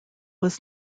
was